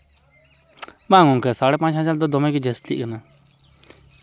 ᱵᱟᱝ ᱜᱚᱢᱠᱮ ᱥᱟᱲᱮ ᱯᱟᱸᱪ ᱦᱟᱡᱟᱨ ᱫᱚ ᱫᱚᱢᱮᱜᱮ ᱡᱟᱹᱥᱛᱤᱜ ᱠᱟᱱᱟ